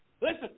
Listen